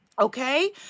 Okay